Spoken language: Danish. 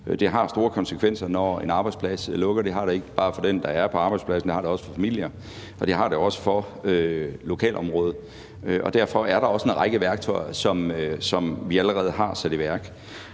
Det har store konsekvenser, når en arbejdsplads lukker. Det har det ikke bare for dem, der er på arbejdspladsen, det har det også for familier, og det har det også for lokalområdet. Derfor er der også en række værktøjer, som vi allerede har taget i brug.